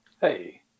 Hey